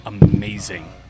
Amazing